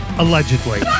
Allegedly